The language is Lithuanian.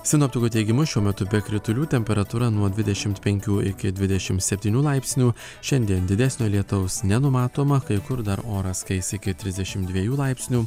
sinoptikų teigimu šiuo metu be kritulių temperatūra nuo dvidešimt penkių iki dvidešim septynių laipsnių šiandien didesnio lietaus nenumatoma kai kur dar oras kais iki trisdešim dviejų laipsnių